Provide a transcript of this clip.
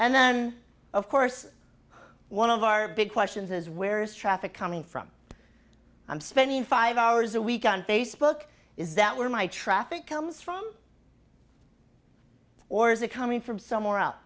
and then of course one of our big questions is where's traffic coming from i'm spending five hours a week on facebook is that where my traffic comes from or is it coming from somewhere